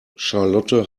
charlotte